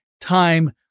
time